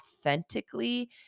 authentically